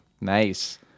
Nice